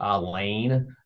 lane